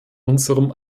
unserem